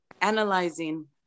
analyzing